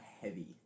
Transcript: heavy